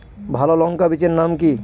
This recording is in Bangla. ভালো লঙ্কা বীজের নাম কি?